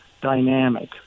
dynamic